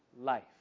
life